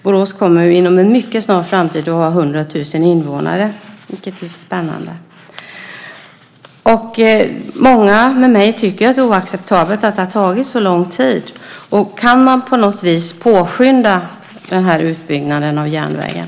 Borås kommer inom en mycket snar framtid att ha 100 000 invånare, vilket är spännande. Många med mig tycker att det är oacceptabelt att det har tagit så lång tid. Kan man på något vis påskynda den här utbyggnaden av järnvägen?